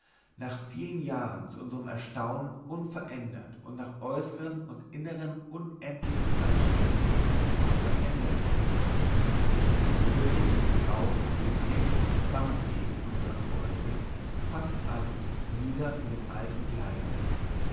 nach vielen jahren zu unserm erstaunen unverändert und nach äußern und innern unendlichen anregungen unveränderlich so bewegte sich auch in dem täglichen zusammenleben unserer freunde fast alles wieder in dem alten gleise